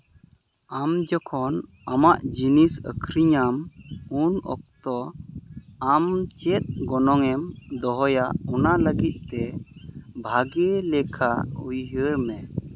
ᱟᱢ ᱡᱚᱠᱷᱚᱱ ᱟᱢᱟᱜ ᱡᱤᱱᱤᱥ ᱟᱹᱠᱷᱨᱤᱧᱟᱢ ᱩᱱ ᱚᱠᱛᱚ ᱟᱢ ᱪᱮᱫ ᱜᱚᱱᱚᱝ ᱮᱢ ᱫᱚᱦᱚᱭᱟ ᱚᱱᱟ ᱞᱟᱹᱜᱤᱫ ᱛᱮ ᱵᱷᱟᱹᱜᱤ ᱞᱮᱠᱟ ᱩᱭᱦᱟᱹᱨ ᱢᱮ